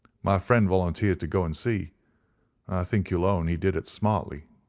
my friend volunteered to go and see. i think you'll own he did it smartly.